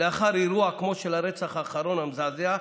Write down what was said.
לאחר אירוע כמו הרצח האחרון, המזעזע,